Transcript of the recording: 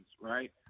right